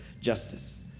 justice